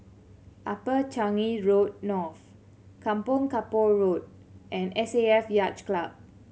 Upper Changi Road North Kampong Kapor Road and S A F Yacht Club